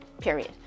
period